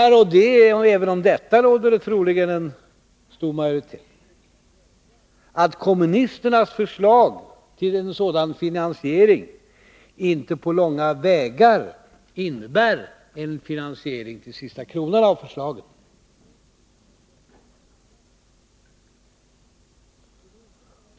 Vi menar, och även om detta råder det troligen en stor majoritet, att kommunisternas förslag inte på långa vägar innebär en finansiering till sista kronan av förslagen.